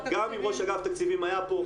גם אם ראש אגף תקציבים היה פה,